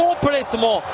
complètement